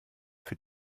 für